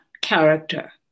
character